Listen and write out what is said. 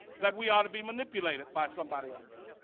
that we are to be manipulated by somebody else.